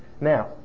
Now